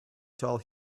told